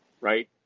right